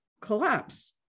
collapse